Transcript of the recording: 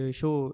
show